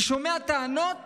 אני שומע טענות